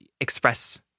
express